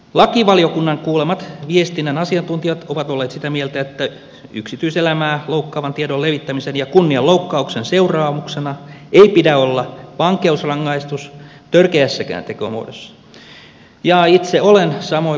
lakivaliokunnan kuulemat viestinnän asiantuntijat ovat olleet sitä mieltä että yksityiselämää loukkaavan tiedon levittämisen ja kunnianloukkauksen seuraamuksena ei pidä olla vankeusrangaistus törkeässäkään tekomuodossa ja itse olen samoilla linjoilla